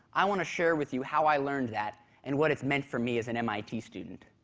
i want to share with you how i learned that, and what it's meant for me as an mit student.